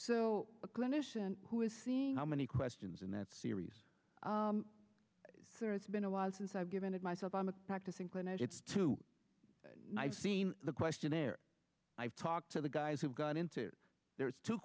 a clinician who is seeing how many questions in that series so it's been a while since i've given it myself i'm a practicing clinic it's to i've seen the questionnaire i've talked to the guys who've gone into there's two